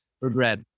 Regret